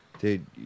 Dude